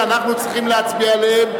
שאנחנו צריכים להצביע עליהם.